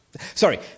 Sorry